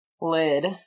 lid